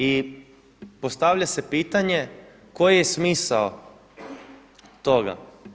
I postavlja se pitanje koji je smisao toga.